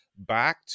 back